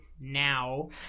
now